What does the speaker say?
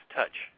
touch